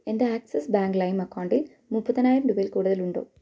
എൻ്റെ Axis bank ലൈം അക്കൗണ്ടിൽ മുപ്പതിനായിരം രൂപയിൽ കൂടുതൽ ഉണ്ടോ